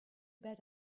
bet